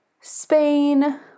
Spain